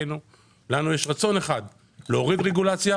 לנו יש רצון אחד והוא להוריד רגולציה,